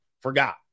forgot